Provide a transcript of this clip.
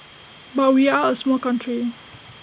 but we are A small country